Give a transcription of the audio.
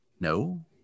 no